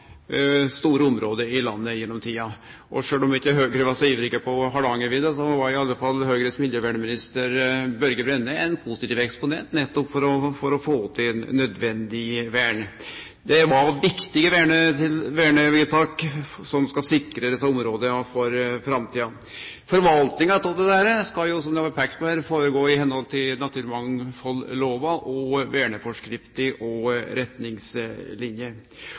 store område i landet gjennom tida, og sjølv om ikkje Høgre var så ivrig på Hardangervidda, var i alle fall Høgre sin miljøvernminister Børge Brende ein positiv eksponent for å få til nødvendig vern. Det var viktige vernevedtak, som skal sikre desse områda for framtida. Forvaltninga av dette skal, som det er peikt på her, gå føre seg i samsvar med naturmangfaldlova, verneforskrifter og retningslinjer.